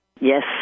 Yes